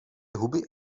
huby